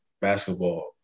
basketball